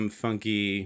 funky